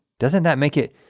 doesn't that make it?